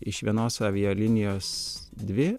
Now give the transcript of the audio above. iš vienos avialinijos dvi